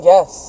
Yes